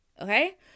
okay